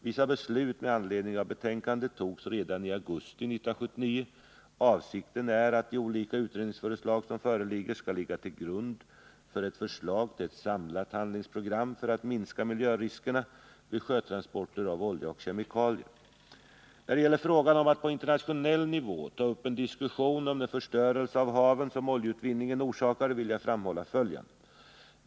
Vissa beslut med anledning av betänkandet togs redan i augusti 1979. Avsikten är att de olika utredningsförslag som föreligger skall ligga till grund för ett förslag till ett samlat handlingsprogram för att minska miljöriskerna vid sjötransporter av olja och kemikalier. När det gäller frågan om att på internationell nivå ta upp en diskussion om den förstörelse av haven som oljeutvinningen orskar vill jag framhålla 1 följande.